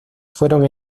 fueron